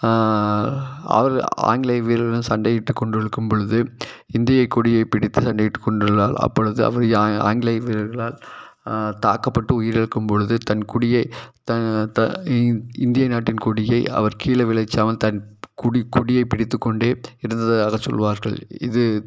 அதாவது ஆங்கிலேய வீரர்களுடன் சண்டையிட்டு கொண்டிருக்கும் பொழுது இந்திய கொடியைப் பிடித்து சண்டையிட்டு கொண்டுள்ளார் அப்பொழுது அவர் ஆங்கிலேய வீரர்களால் தாக்கப்பட்டு உயிரிழக்கும்பொழுது தன் குடியே த த இந்தியநாட்டின் கொடியை அவர் கீழ விளச்சவன் தன் கொடி கொடியை பிடித்துக்கொண்டே இறந்ததாக சொல்வார்கள் இது